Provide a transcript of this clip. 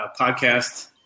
podcast